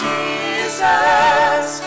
Jesus